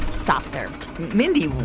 soft-served mindy,